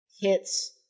hits